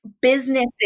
businesses